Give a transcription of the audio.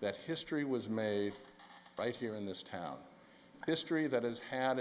that history was made by here in this town history that has had